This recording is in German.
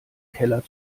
keller